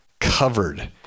covered